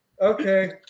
Okay